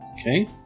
Okay